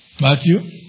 Matthew